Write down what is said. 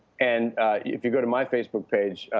and if you go to my facebook page,